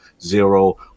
Zero